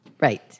Right